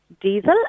diesel